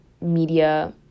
media